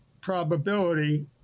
probability